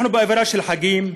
אנחנו באווירה של חגים,